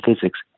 physics